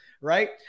right